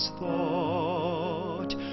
thought